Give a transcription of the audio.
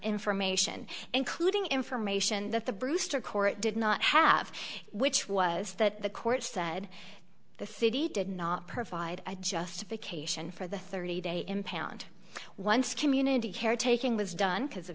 information including information that the brewster court did not have which was that the court said the city did not provide a justification for the thirty day impound once community caretaking was done because of